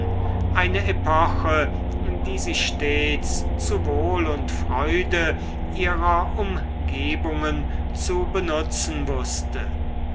eine epoche die sie stets zu wohl und freude ihrer umgebungen zu benutzen wußte